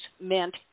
meant